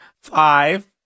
Five